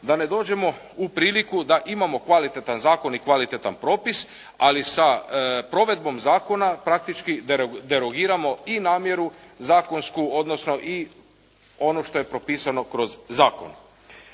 da ne dođemo u priliku da imamo kvalitetan zakon i kvalitetan propis, ali sa provedbom zakona praktički derogiramo i namjeru zakonsku, odnosno i ono što je propisano kroz zakon.